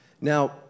Now